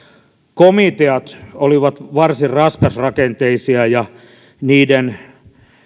komiteat olivat varsin raskasrakenteisia ja niiden